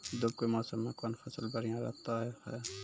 धूप के मौसम मे कौन फसल बढ़िया रहतै हैं?